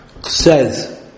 says